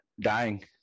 dying